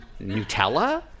Nutella